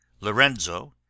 Lorenzo